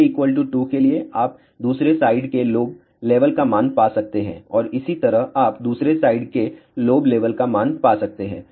K 2 के लिए आप दूसरे साइड के लोब लेवल का मान पा सकते हैं और इसी तरह आप दूसरे साइड के लोब लेवल का मान पा सकते हैं